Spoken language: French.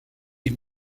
est